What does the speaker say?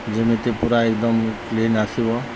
ଯେମିତି ପୁରା ଏକଦମ କ୍ଲିନ୍ ଆସିବ